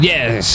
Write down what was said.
Yes